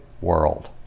world